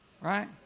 Right